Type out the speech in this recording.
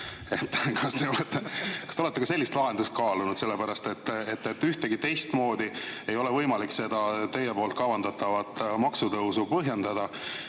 Kas te olete ka sellist lahendust kaalunud? Kuidagi teistmoodi ei ole võimalik seda teie kavandatavat maksutõusu põhjendada.